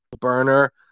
burner